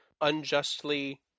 unjustly